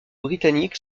britanniques